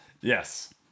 Yes